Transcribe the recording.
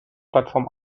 plattform